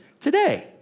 today